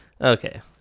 Okay